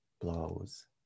blows